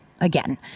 again